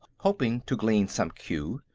hoping to glean some clue.